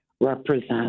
represent